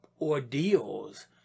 ordeals